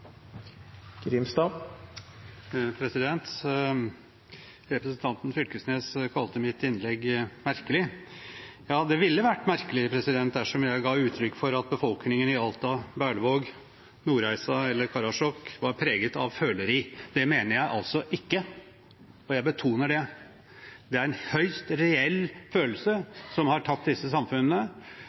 Representanten Knag Fylkesnes kalte mitt innlegg merkelig. Det ville vært merkelig dersom jeg ga uttrykk for at befolkningen i Alta, Berlevåg, Nordreisa eller Karasjok var preget av føleri. Det mener jeg altså ikke, og jeg betoner det: Det er en høyst reell følelse som har tatt disse samfunnene.